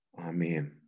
Amen